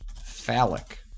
phallic